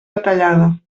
detallada